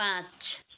पाँच